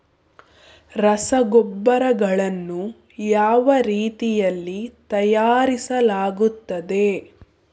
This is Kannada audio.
ರಸಗೊಬ್ಬರಗಳನ್ನು ಯಾವ ರೀತಿಯಲ್ಲಿ ತಯಾರಿಸಲಾಗುತ್ತದೆ?